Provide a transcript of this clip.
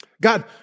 God